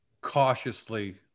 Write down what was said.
cautiously